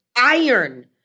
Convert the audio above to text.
iron